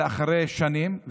אלא אחרי שנים,